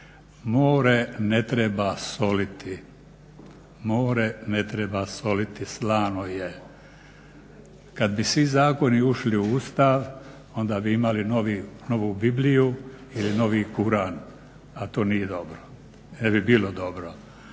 žene, muškarca i žene. More ne treba soliti, slano je. Kada bi svi zakoni ušli u Ustav onda bi imali novu Bibliju i novi Kuran, a to nije dobro. Ne bi bilo dobro.